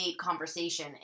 conversation